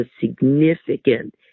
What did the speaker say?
significant